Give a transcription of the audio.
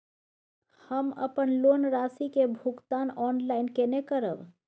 हम अपन लोन राशि के भुगतान ऑनलाइन केने करब?